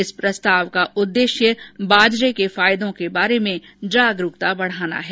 इस प्रस्ताव का उद्देश्य बाजरे के फायदों के बारे में जागरूकता बढ़ाना है